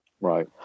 Right